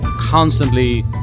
constantly